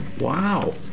Wow